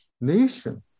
nation